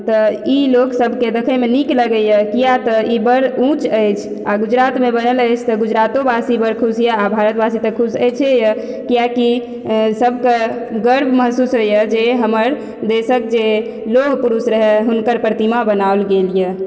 तऽ ई लोक सबके देख़य मे नीक लगैया किया तऽ ई बड़ ऊच अछि आ गुजरातमे बनल अछि तऽ गुजरातोवासी बड़ खुश यऽ आ भारतवासी तऽ खुश अछिये कियाकि सबके गर्व महसूस होइ या जे हमर देशक जे लौह पुरुष रहय हुनकर प्रतिमा बनाओल गेल यऽ